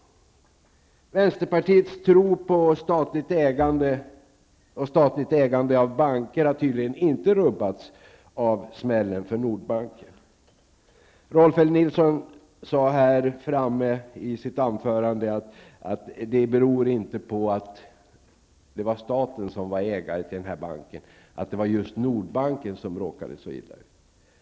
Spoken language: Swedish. Vänsterpartiets tro på statligt ägande av banker har tydligen inte rubbats av smällen för Nordbanken. Rolf L Nilson sade i sitt anförande att det faktum att det var just Nordbanken som råkat så illa ut inte beror på att det är staten som är ägare till banken.